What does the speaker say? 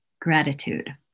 gratitude